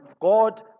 God